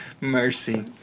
Mercy